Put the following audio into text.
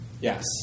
Yes